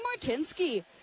Martinsky